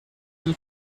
two